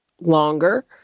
longer